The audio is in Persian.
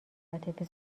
عاطفی